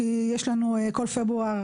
כי בכל פברואר